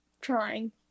trying